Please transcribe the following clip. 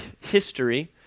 History